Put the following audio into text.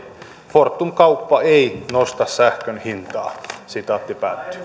fortum kauppa ei nosta sähkön hintaa